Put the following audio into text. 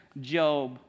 Job